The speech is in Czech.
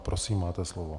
Prosím, máte slovo.